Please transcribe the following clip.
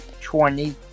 Twenty